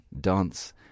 dance